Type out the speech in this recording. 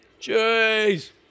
Jeez